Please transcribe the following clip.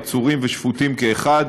עצורים ושפוטים כאחד,